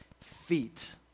Feet